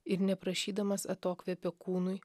ir neprašydamas atokvėpio kūnui